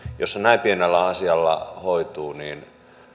se näin pienellä asialla hoituu niin